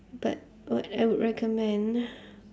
but what I would recommend